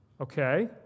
Okay